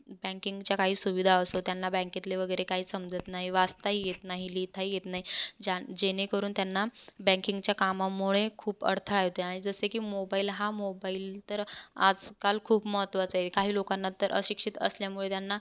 बँकिंगच्या काही सुविधा असोत त्यांना बँकेतले वगैरे काही समजत नाही वाचताही येत नाही लिहिताही येत नाही ज्या जेणेकरून त्यांना बँकिंगच्या कामामुळे खूप अडथळा येते आणि जसे की मोबाईल हा मोबाईल तर आजकाल खूप महत्त्वाचा आहे काही लोकांना तर अशिक्षित असल्यामुळे त्यांना